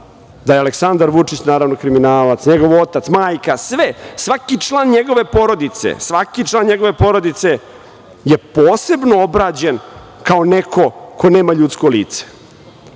da je Aleksandar Vučić, naravno, kriminalac, njegov otac, majka, sve, svaki član njegove porodice, svaki član njegove porodice je posebno obrađen kao neko ko nema ljudsko lice.